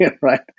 Right